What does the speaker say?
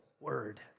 word